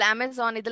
Amazon